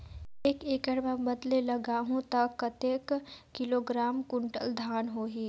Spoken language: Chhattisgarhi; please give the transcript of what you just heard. एक एकड़ मां बदले लगाहु ता कतेक किलोग्राम कुंटल धान होही?